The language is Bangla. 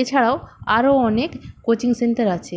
এছাড়াও আরো অনেক কোচিং সেন্টার আছে